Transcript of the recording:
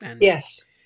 Yes